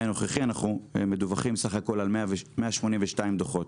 הנוכחי אנחנו מדווחים בסך הכול על 182 דוחות